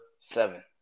seven